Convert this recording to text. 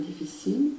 difficile